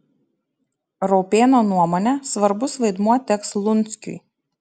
raupėno nuomone svarbus vaidmuo teks lunskiui